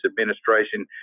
administration